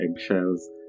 eggshells